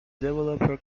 developer